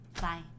Bye